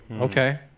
Okay